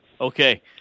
Okay